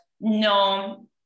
no